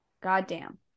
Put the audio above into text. Goddamn